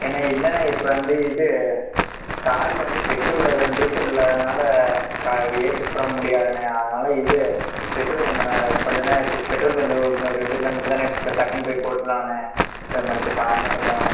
என்ன இல்லைண்ணே இப்போ வந்து இது காரில் வந்து பெட்ரோல் இல்லை டீசல் இல்லாதனால் ஏசி போட முடியாதுண்ணே அதனால் இது பெட்ரோல் கொஞ்சோம் கொஞ்சோம் பெட்ரோல் பங்க் இன்னும் ரெண்டு கிலோ மீட்டர் தானே டக்குனு போய் போட்டிருலாம்ண்ணே கொஞ்சோம் மன்னிச்சாருண்ணே கொஞ்சோம்